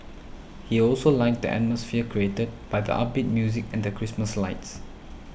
he also liked the atmosphere created by the upbeat music and the Christmas lights